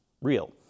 real